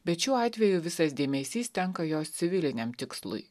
bet šiuo atveju visas dėmesys tenka jos civiliniam tikslui